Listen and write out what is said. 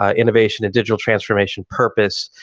ah innovation and digital transformation, purpose.